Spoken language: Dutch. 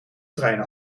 trein